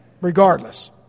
Regardless